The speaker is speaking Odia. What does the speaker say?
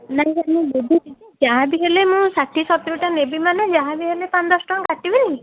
ନାହିଁ ନାହିଁ ମୁଁ ବୁଝୁଛି ଯେ ଯାହା ବି ହେଲେ ମୁଁ ଷାଠିଏ ସତୁରିଟା ନେବି ମାନେ ଯାହାବି ହେଲେ ପାଞ୍ଚ ଦଶ ଟଙ୍କା କାଟିବେନି